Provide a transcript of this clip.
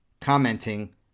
commenting